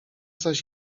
zaś